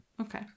Okay